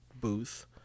booth